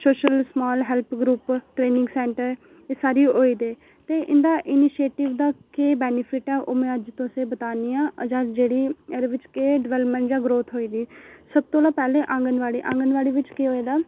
self help group 'training centre एह् सारे होए दे ते इं'दा इिनिशिएटिव दा केह् बैनिफि ट ओह् में अज्ज तुसें ई बतान्नी आं जां जेह्ड़ी एह्दे बिच केह् डवैल्पमैंट जां ग्रोथ होई दी सबतों पैह्लें आंगनबाड़ी आंगनबाड़ी बिच केह् होएदा